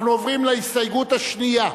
אנחנו עוברים להסתייגות השנייה,